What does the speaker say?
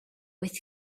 with